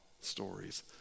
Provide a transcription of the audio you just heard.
stories